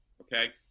Okay